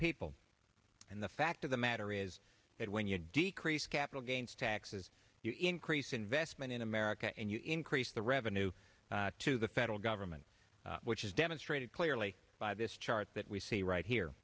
people and the fact of the matter is that when you decrease capital gains taxes you increase investment in america and you increase the revenue to the federal government which is demonstrated clearly by this chart that we see right here